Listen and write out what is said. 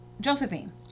Josephine